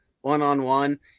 one-on-one